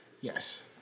yes